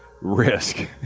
risk